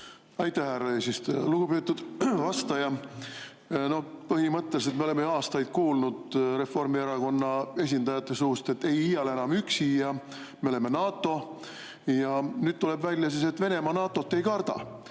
Aitäh, härra eesistuja! Lugupeetud vastaja! Põhimõtteliselt oleme me aastaid kuulnud Reformierakonna esindajate suust, et ei iial enam üksi ja et me oleme NATO. Aga nüüd tuleb välja, et Venemaa NATO‑t ei karda.